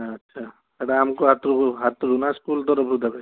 ଆଚ୍ଛା ସେଇଟା ଆମକୁ ହାତରୁ ହାତରୁ ନା ସ୍କୁଲ୍ ତରଫରୁ ଦେବେ